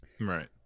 Right